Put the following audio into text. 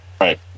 Right